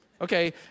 Okay